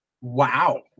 Wow